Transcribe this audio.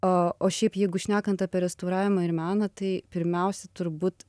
o o šiaip jeigu šnekant apie restauravimą ir meną tai pirmiausia turbūt